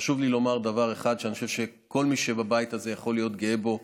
חשוב לי לומר דבר אחד שאני חושב שכל מי שבבית הזה יכול להיות גאה בו: